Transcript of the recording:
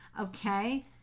Okay